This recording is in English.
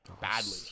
badly